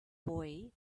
boy